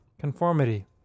Conformity